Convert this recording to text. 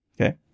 okay